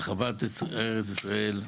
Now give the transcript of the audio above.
הרחבת ארץ ישראל,